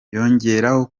yongeraho